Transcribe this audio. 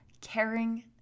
caring